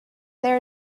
there